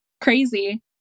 crazy